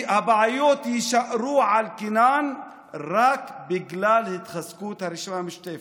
והבעיות יישארו על כנן רק בגלל התחזקות הרשימה המשותפת.